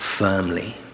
firmly